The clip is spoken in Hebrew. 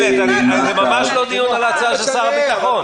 זה ממש לא דיון על ההצעה של שר הביטחון.